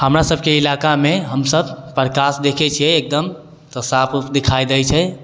हमरा सभके इलाकामे हम सभ प्रकाश देखै छियै एकदम तऽ साफ वूफ देखाइ दै छै